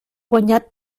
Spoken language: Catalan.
guanyat